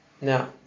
Now